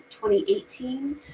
2018